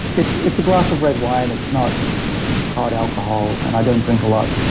it's it's a glass of red wine. it's not hard alcohol and i don't drink a lot,